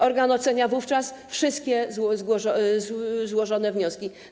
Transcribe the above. Organ ocenia wówczas wszystkie złożone wnioski.